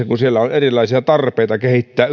kun yrityksissä on erilaisia tarpeita kehittää